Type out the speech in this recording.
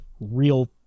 real